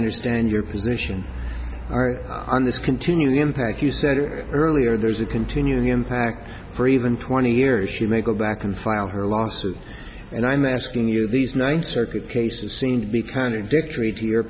understand your position on this continuing impact you said earlier there's a continuing impact or even twenty years she may go back and file her lawsuit and i'm asking you these ninth circuit cases seem to be kind of victory t